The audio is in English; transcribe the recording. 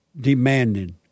demanding